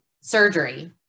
surgery